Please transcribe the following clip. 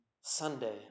Sunday